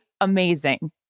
amazing